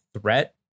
threat